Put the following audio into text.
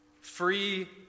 Free